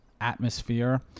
atmosphere